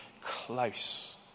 close